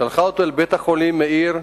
שלחה אותו אל בית-החולים "מאיר"